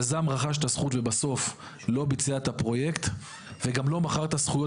ישם רכש את הזכות ובסוף לא ביצע את הפרויקט וגם לא מכר את הזכויות